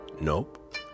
Nope